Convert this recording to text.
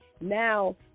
Now